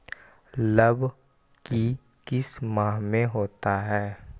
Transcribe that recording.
लव की किस माह में होता है?